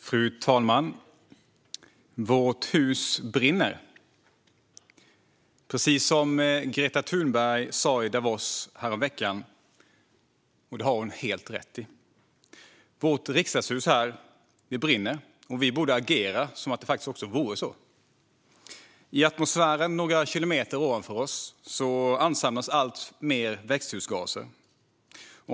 Fru talman! Vårt hus brinner, precis som Greta Thunberg sa i Davos häromveckan. Det har hon helt rätt i. Vårt riksdagshus brinner, och vi borde agera som att det faktiskt gör det. I atmosfären, några kilometer ovanför oss, ansamlas alltmer växthusgaser.